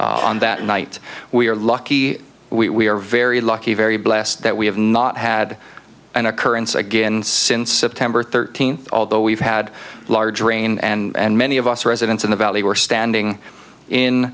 on that night we are lucky we are very lucky very blessed that we have not had an occurrence again and since september thirteenth although we've had large rain and many of us residents in the valley were standing in